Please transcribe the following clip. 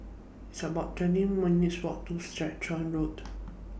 It's about twenty minutes' Walk to Stratton Road